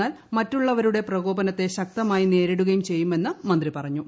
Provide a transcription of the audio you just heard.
എന്നാൽ മറ്റുള്ളവരുടെ പ്രകോപനത്തെ ശക്തമായി നേരിടുകയും ചെയ്യുമെന്ന് മന്ത്രി പറഞ്ഞു